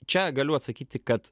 čia galiu atsakyti kad